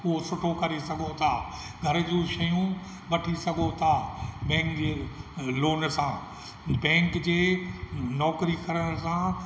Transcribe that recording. उहो सुठो करे सघो था घर जूं शयूं वठी सघो था बैंक जे लोन सां बैंक जे नौकिरी करण सां